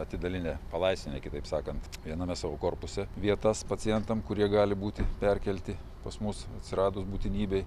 atidalinę palaisvinę kitaip sakant viename savo korpuse vietas pacientam kurie gali būti perkelti pas mus atsiradus būtinybei